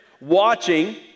watching